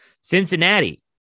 Cincinnati